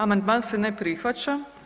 Amandman se ne prihvaća.